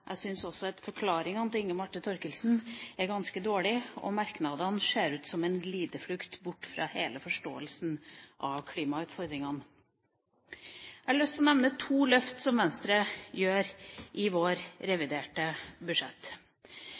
Jeg syns forklaringene til Inga Marte Thorkildsen er ganske dårlige, og merknadene ser ut som en glideflukt bort fra hele forståelsen av klimautfordringene. Jeg har lyst til å nevne to løft som Venstre tar i sitt reviderte budsjett.